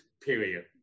period